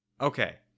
Okay